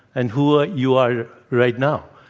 and who ah you are right now.